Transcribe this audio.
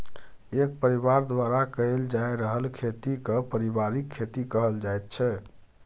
एक परिबार द्वारा कएल जा रहल खेती केँ परिबारिक खेती कहल जाइत छै